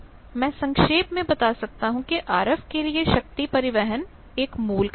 मैं संक्षेप में बता सकता हूं कि आरएफ के लिए शक्ति परिवहन एक मूल कार्य है